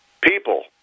People